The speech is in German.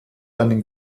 einen